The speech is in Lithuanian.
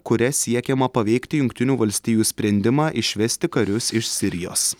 kuria siekiama paveikti jungtinių valstijų sprendimą išvesti karius iš sirijos